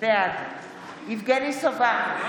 בעד יבגני סובה,